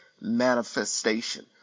manifestation